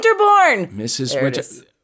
Mrs